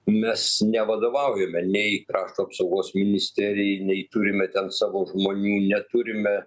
mes nevadovaujame nei krašto apsaugos ministerijai nei turime ten savo žmonių neturime